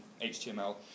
HTML